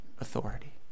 authority